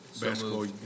Basketball